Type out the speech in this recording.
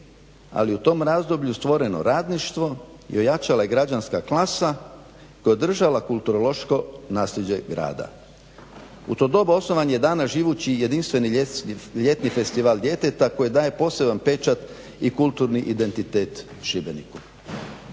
ali u tom razdoblju je stvoreno radništvo i ojačala je građanska klasa koja je držala kulturološko nasljeđe grada. U to doba osnovan je danas živući jedinstveni ljetni festival djeteta koje daje poseban pečat i kulturni identitet Šibeniku.